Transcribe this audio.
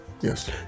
yes